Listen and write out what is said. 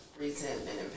resentment